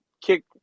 kick